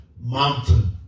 mountain